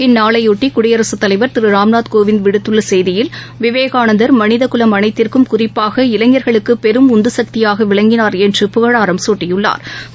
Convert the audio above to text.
இந்நாளைபொட்டிகுடியரசுத் தலைவர் திருராம்நாத் கோவிந்த் விடுத்துள்ளசெய்தியில் விவேகானந்தர் மனிதகுலம் அனைத்திற்கும் குறிப்பாக இளைஞா்களுக்குபெரும் உந்துசக்தியாகவிளங்கினாா் என்று புகழாரம் சூட்டியுள்ளாா்